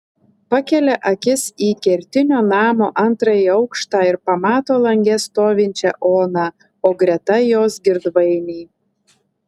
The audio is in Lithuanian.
pakelia akis į kertinio namo antrąjį aukštą ir pamato lange stovinčią oną o greta jos girdvainį